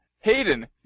Hayden